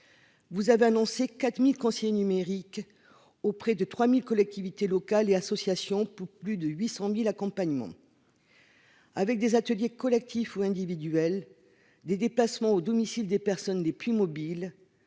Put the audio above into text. vous avez annoncé 4000 conseillers numérique auprès de 3000 collectivités locales et associations pour plus de 800000 accompagnement avec des ateliers collectifs ou individuels des déplacements au domicile des personnes les plus mobiles